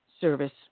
Service